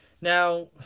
now